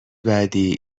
بعدی